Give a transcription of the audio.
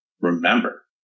remember